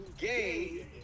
gay